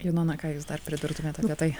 janona ką jūs dar pridurtumėt apie tai